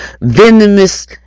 venomous